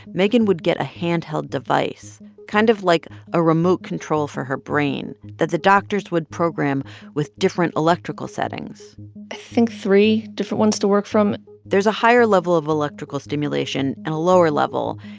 megan would get a handheld device kind of like a remote control for her brain that the doctors would program with different electrical settings i think three different ones to work from there's a higher level of electrical stimulation and a lower level.